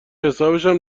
حسابشم